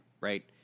right